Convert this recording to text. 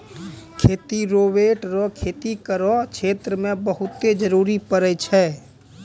खेती रोवेट रो खेती करो क्षेत्र मे बहुते जरुरी पड़ै छै